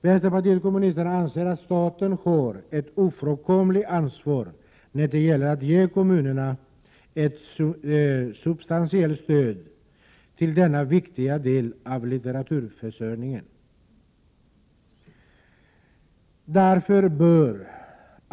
Vänsterpartiet kommunisterna anser att staten har ett ofrånkomligt ansvar när det gäller att ge kommunerna ett substantiellt stöd till denna viktiga del av litteraturförsörjningen.